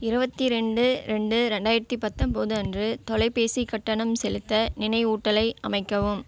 இருபத்தி ரெண்டு ரெண்டு ரெண்டாயிரத்தி பத்தொம்பது அன்று தொலைபேசி கட்டணம் செலுத்த நினைவூட்டலை அமைக்கவும்